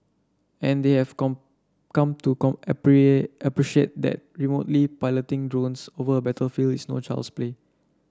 and they have come come to appreciate that remotely piloting drones over a battlefield is no child's play